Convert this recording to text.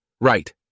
Right